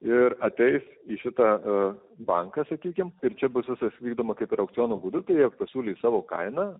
ir ateis į šitą banką sakykim ir čia bus vykdoma kaip ir aukciono būdu tai yra pasiūlys savo kainą